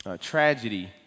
tragedy